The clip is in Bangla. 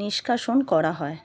নিষ্কাশণ করা হয়